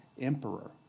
emperor